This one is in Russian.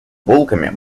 булками